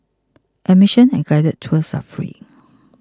admission and guided tours are free